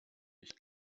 ich